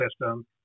system